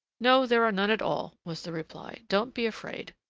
no, there are none at all, was the reply. don't be afraid.